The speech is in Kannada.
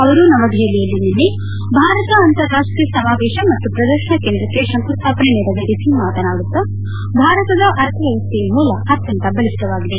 ಅವರು ನವದೆಹಲಿಯಲ್ಲಿ ನಿನ್ನೆ ಭಾರತ ಅಂತಾರಾಷ್ಟೀಯ ಸಮಾವೇಶ ಮತ್ತು ಪ್ರದರ್ಶನ ಕೇಂದ್ರಕ್ನೆ ಶಂಕುಸ್ಥಾಪನೆ ನೆರವೇರಿಸಿ ಮಾತನಾಡುತ್ತ ಭಾರತದ ಅರ್ಥ ವ್ಯವಸ್ಥೆಯ ಮೂಲ ಅತ್ಯಂತ ಬಲಿಷ್ಠವಾಗಿದೆ